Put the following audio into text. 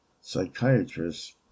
psychiatrists